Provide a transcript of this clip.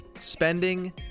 spending